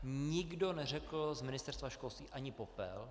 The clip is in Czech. Nikdo neřekl z Ministerstva školství ani popel.